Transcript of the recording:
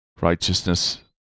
righteousness